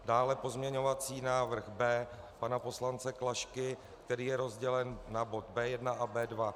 Dále pozměňovací návrh B pana poslance Klašky, který je rozdělen na bod B1 a B2.